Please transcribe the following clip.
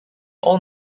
all